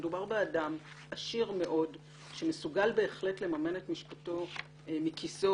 מדובר באדם עשיר מאוד שמסוגל בהחלט לממן את משפטו מכיסו